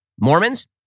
Mormons